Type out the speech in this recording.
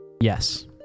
Yes